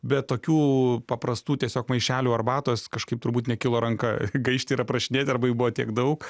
bet tokių paprastų tiesiog maišelių arbatos kažkaip turbūt nekilo ranka gaišti ir aprašinėti arba jų buvo tiek daug